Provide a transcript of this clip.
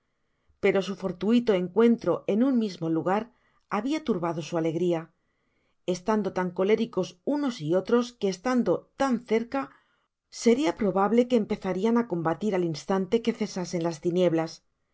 pero su fortuito encuentro en un mismo lugar habia turbado su alegria estando tan colericos unos y otros que estando tan cerca seria probable que empezarian á combatir al instante que cesasen las tinieblas